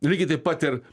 lygiai taip pat ir